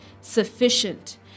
sufficient